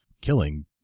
killing